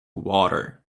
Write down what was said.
water